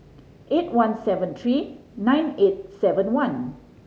eight one seven three nine eight seven one